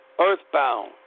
earthbound